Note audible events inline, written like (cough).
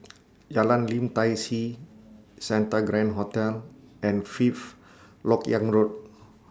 (noise) Jalan Lim Tai See Santa Grand Hotel and Fifth Lok Yang Road